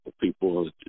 people